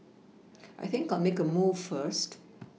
I think I'll make a move first